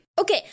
Okay